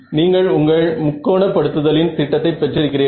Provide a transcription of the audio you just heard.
நீங்கள் உங்கள் முக்கோண படுத்துதலின் திட்டத்தை பெற்றிருக்கிறீர்கள்